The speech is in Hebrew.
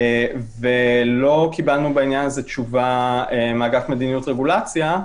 ולא קיבלנו בעניין הזה תשובה מאגף מדיניות ורגולציה,